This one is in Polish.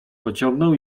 pociągnął